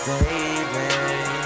Baby